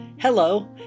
Hello